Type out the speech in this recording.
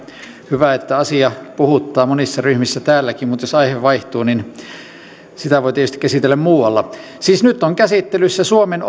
hyvä että asia puhuttaa monissa ryhmissä täälläkin mutta jos aihe vaihtuu niin sitä voi tietysti käsitellä muualla siis nyt on käsittelyssä suomen